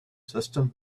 system